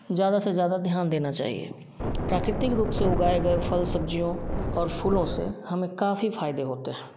ज्यादा से ज्यादा ध्यान देना चाहिए प्राकृतिक रूप से उगाए गए फ़ल सब्जियों और फूलों से हमें काफ़ी फायदे होते है